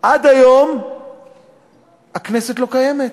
עד היום הכנסת לא קיימת.